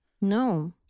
No